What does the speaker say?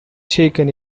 taken